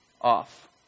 off